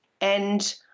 And-